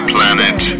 Planet